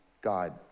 God